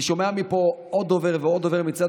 אני שומע פה עוד דובר ועוד דובר מצד